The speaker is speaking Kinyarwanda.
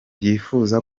yifuza